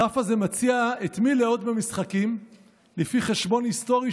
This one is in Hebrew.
הדף הזה מציע את מי לאהוד במשחקים לפי חשבון היסטורי